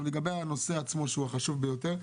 לגבי הנושא עצמו שהוא החשוב ביותר,